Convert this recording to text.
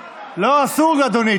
לא, אסור, אדוני.